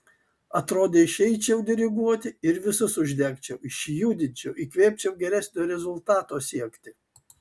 atrodė išeičiau diriguoti ir visus uždegčiau išjudinčiau įkvėpčiau geresnio rezultato siekti